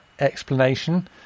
explanation